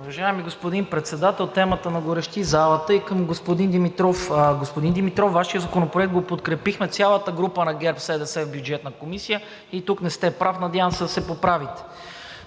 Уважаеми господин Председател, темата нагорещи залата. И към господин Димитров. Господин Димитров, Вашият законопроект го подкрепихме цялата група на ГЕРБ-СДС в Бюджетна комисия и тук не сте прав, надявам се да се поправите.